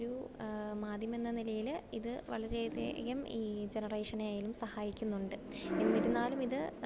ഒരു മാധ്യമമെന്ന നിലയിൽ ഇത് വളരെ അധികം ഈ ജനറേഷനെ ആയാലും സഹായിക്കുന്നുണ്ട് എന്നിരുന്നാലും ഇത്